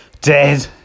dead